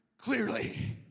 clearly